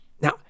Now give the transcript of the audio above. Now